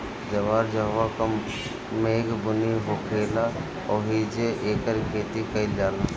जवार जहवां कम मेघ बुनी होखेला ओहिजे एकर खेती कईल जाला